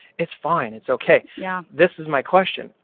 it's fine. it's okay. yeah this is my question.